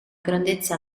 grandezza